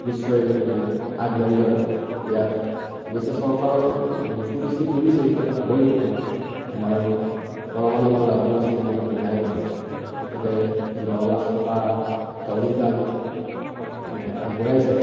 নিশ্চয় মানে আগবাঢ়ি যাব ইয়াত অৱশ্যে চৰকাৰৰ সুদৃষ্টি পৰিছে এইটো এটা শুভ লক্ষণ আমাৰ পৰমানন্দ ৰাজবংশী আমাৰ বিধায়ক তেখেতে দহ লাখ টকাৰ এটা অনুদান আগবঢ়াইছে